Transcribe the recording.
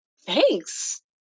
thanks